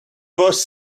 was